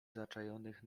zaczajonych